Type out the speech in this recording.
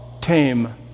tame